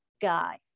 guy